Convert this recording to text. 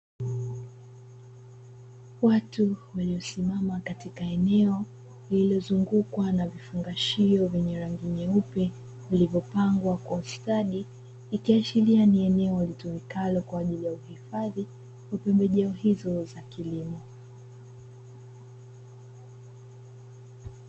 Watu wamesimama katika eneo lililo zungukwa na vifungashio vyenye rangi nyeupe vilivyo pangwa kwa uustadi, vikiashiria ni eneo litumikalo kwa ajili ya hifadhi wa pembejeo hizo za kilimo.